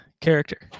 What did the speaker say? character